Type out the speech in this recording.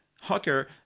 hacker